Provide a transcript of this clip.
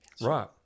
Right